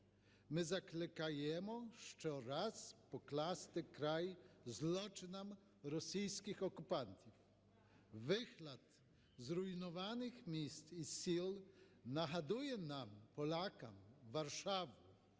ми закликаємо, щораз покласти край злочинам російських окупантів. Вигляд зруйнованих міст і сіл нагадує нам, полякам, Варшаву,